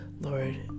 Lord